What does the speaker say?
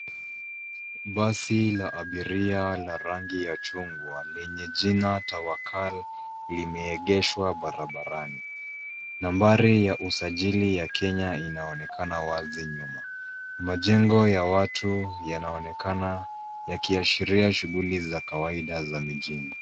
Basi la abiria la rangi ya chungwa lenye jina Tawakal lime egeshwa barabarani. Nambari ya usajili ya Kenya ina onekana wazi nyuma. Majengo ya watu inaonekana ikiashiria shughuli za kawaida mjini.